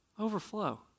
Overflow